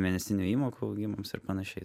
mėnesinių įmokų augimams ir panašiai